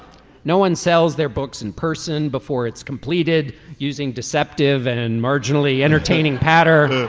no one sells their books in person before it's completed using deceptive and marginally entertaining patter